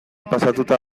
pasatuta